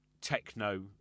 techno